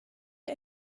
der